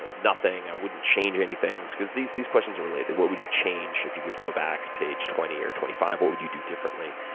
nothing. i wouldn't change anything. because these these questions are related, what would you change if you could go back to age twenty or twenty five, what would you do differently?